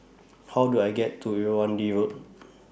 How Do I get to Irrawaddy Road